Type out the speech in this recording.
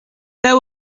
there